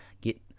get